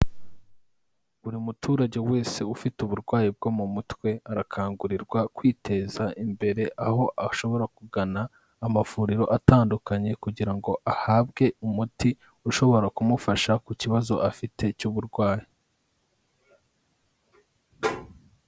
Buri muturage wese ufite uburwayi bwo mu mutwe, arakangurirwa kwiteza imbere, aho ashobora kugana amavuriro atandukanye kugira ngo ahabwe umuti, ushobora kumufasha ku kibazo afite cy'uburwayi.